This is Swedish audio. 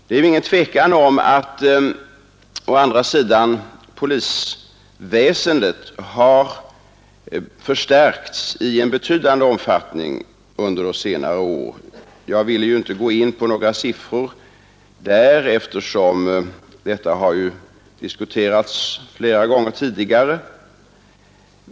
Det är ingen tvekan om att polisväsendet har förstärkts i betydande omfattning under senare år. Jag ville i mitt svar inte gå in på några siffror eftersom frågan har diskuterats flera gånger tidigare.